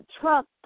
Trump